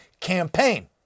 campaign